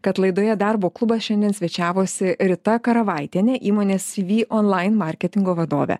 kad laidoje darbo klubas šiandien svečiavosi rita karavaitienė įmonės cv online marketingo vadovė